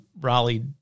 Raleigh